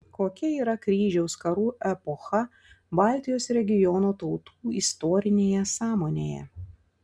kokia yra kryžiaus karų epocha baltijos regiono tautų istorinėje sąmonėje